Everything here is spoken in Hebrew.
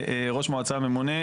ראש מועצה ממונה,